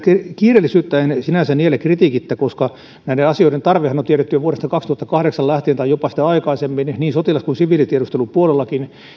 kiireellisyyttä en sinänsä niele kritiikittä koska näiden asioiden tarvehan on tiedetty jo vuodesta kaksituhattakahdeksan lähtien tai jopa sitä aikaisemmin niin sotilas kuin siviilitiedustelunkin puolella